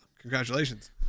congratulations